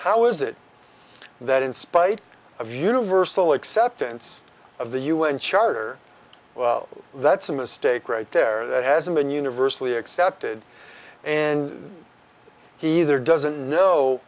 how is it that in spite of universal acceptance of the u n charter that's a mistake right there that hasn't been universally accepted and he either doesn't know